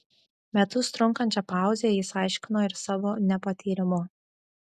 metus trunkančią pauzę jis aiškino ir savo nepatyrimu